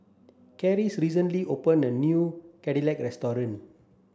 Clarice recently opened a new Chigenabe restaurant